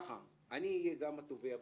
שאני אהיה גם התובע במשפט,